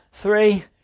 three